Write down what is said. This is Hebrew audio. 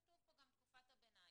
כתוב פה גם "תקופת הביניים".